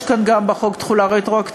יש כאן בחוק גם תחולה רטרואקטיבית,